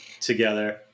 together